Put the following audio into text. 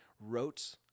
wrote